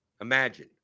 Imagine